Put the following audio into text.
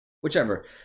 whichever